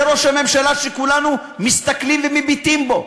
זה ראש הממשלה שכולנו מסתכלים ומביטים בו.